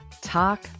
talk